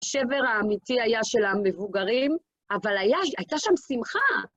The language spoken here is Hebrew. שבר האמיתי היה של המבוגרים, אבל הייתה שם שמחה.